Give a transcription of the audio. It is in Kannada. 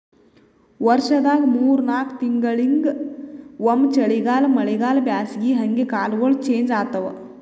ವರ್ಷದಾಗ್ ಮೂರ್ ನಾಕ್ ತಿಂಗಳಿಂಗ್ ಒಮ್ಮ್ ಚಳಿಗಾಲ್ ಮಳಿಗಾಳ್ ಬ್ಯಾಸಗಿ ಹಂಗೆ ಕಾಲ್ಗೊಳ್ ಚೇಂಜ್ ಆತವ್